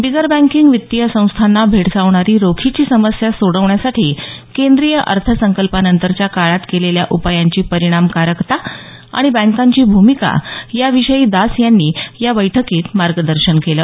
बिगर banking वित्तीय संस्थांना भेडसावणारी रोखीची समस्या सोडवण्यासाठी केंद्रीय अर्थसंकल्पानंतरच्या काळात केलेल्या उपायांची परिणामकारकता आणि बँकांची भूमिका याविषयी दास यांनी या बैठकीत मार्गदर्शन केलं